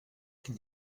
qu’il